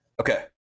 Okay